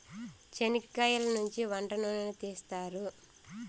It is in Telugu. చనిక్కయలనుంచి వంట నూనెను తీస్తారు